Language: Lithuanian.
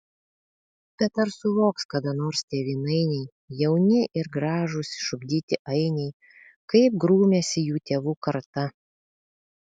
bet ar suvoks kada nors tėvynainiai jauni ir gražūs išugdyti ainiai kaip grūmėsi jų tėvų karta